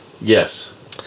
Yes